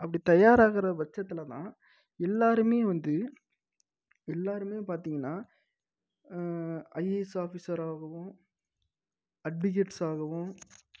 அப்படி தயாராகிற பட்சத்தில் தான் எல்லாருமே வந்து எல்லாருமே பார்த்திங்கனா ஐஏஎஸ் ஆஃபீஸ்ஸர் ஆகவும் அட்வெகேட்ஸ்ஸாகவும்